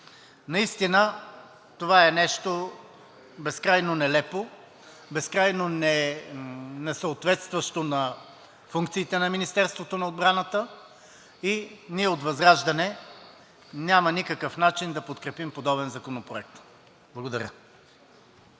Наистина това е нещо безкрайно нелепо, безкрайно несъответстващо на функциите на Министерството на отбраната и ние от ВЪЗРАЖДАНЕ няма никакъв начин да подкрепим подобен законопроект. Благодаря.